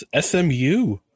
SMU